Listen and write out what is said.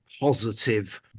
positive